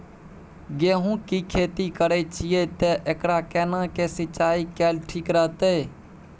गेहूं की खेती करे छिये ते एकरा केना के सिंचाई कैल ठीक रहते?